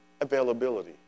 availability